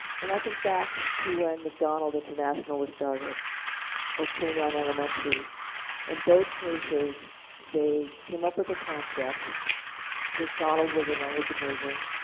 when i think back to when mcdonald international was started or queen anne elementary in both cases they came up with a concept. mcdonald was a language emersion.